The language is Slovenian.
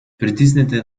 pritisnite